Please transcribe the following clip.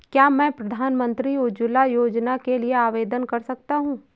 क्या मैं प्रधानमंत्री उज्ज्वला योजना के लिए आवेदन कर सकता हूँ?